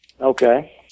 okay